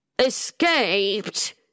Escaped